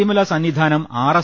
Sabarimala Sannidhanam R